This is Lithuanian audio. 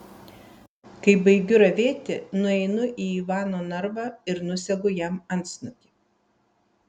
kai baigiu ravėti nueinu į ivano narvą ir nusegu jam antsnukį